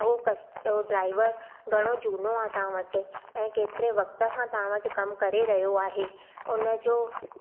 उहो ड्राइवर घणो झूनो आहे तव्हां वटि ऐं केतिरे वक़्त खां तव्हां वटि कमु करे रहियो आहे उनजो कुझु